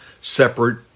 separate